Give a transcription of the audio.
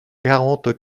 quarante